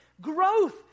growth